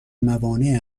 موانع